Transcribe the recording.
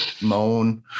Moan